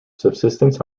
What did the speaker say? subsistence